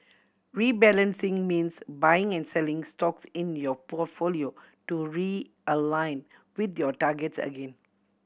rebalancing means buying and selling stocks in your portfolio to realign with your targets again